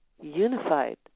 unified